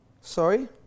Sorry